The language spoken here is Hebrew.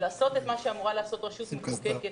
לעשות את מה שאמורה לעשות רשות מחוקקת.